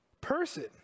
person